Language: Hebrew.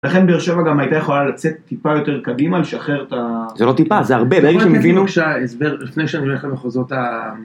לכן באר שבע, גם הייתה יכולה לצאת טיפה יותר קדימה, לשחרר את ה... זה לא טיפה, זה הרבה, ברגע שהם הבינו... לפני שאני הולך למחוזות ה...